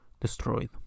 destroyed